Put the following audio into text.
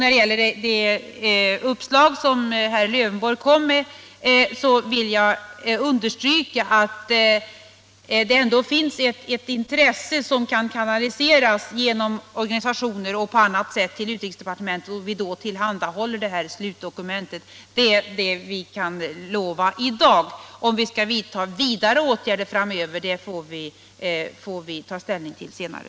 När det gäller det uppslag som herr Lövenborg kom med vill jag un 193 Om åtgärder för att sprida kännedom om slutdokumentet från Helsingforskonferensen för fred och säkerhet i Europa derstryka att det intresse som finns genom organisationer och på annat sätt kan kanaliseras till utrikesdepartementet och att vi då tillhandahåller slutdokumentet från Helsingforskonferensen för fred och säkerhet i Europa. —- Det är vad vi kan lova i dag. Om vi skall vidta vidare åtgärder framöver får vi ta ställning till senare.